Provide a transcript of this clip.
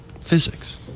Physics